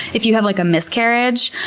if you have like a miscarriage,